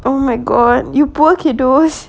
oh my god you poor kiddos